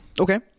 Okay